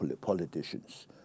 politicians